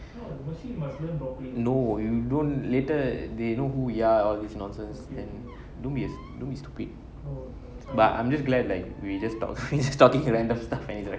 don't later they know who we are all this nonsense don't be stupid I'm just glad that we just talk just talking random stuff when it's recording